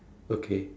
okay